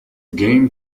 game